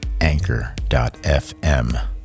anchor.fm